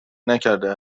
نکرده